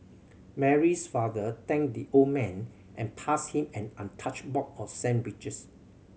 Mary's father thanked the old man and passed him an untouched box of sandwiches